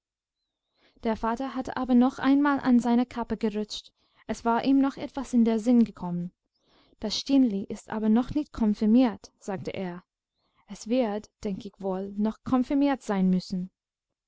der vater hatte aber noch einmal an seiner kappe gerutscht es war ihm noch etwas in den sinn gekommen das stineli ist aber noch nicht konfirmiert sagte er es wird denk ich wohl noch konfirmiert sein müssen